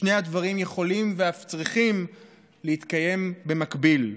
ששני הדברים יכולים ואף צריכים להתקיים במקביל,